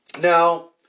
Now